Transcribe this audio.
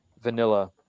vanilla